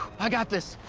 i got this.